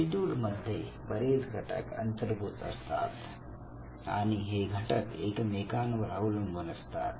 aptitude मध्ये बरेच घटक अंतर्भूत असतात आणि हे घटक एकमेकांवर अवलंबून असतात